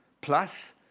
plus